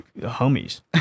Homies